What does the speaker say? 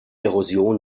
erosion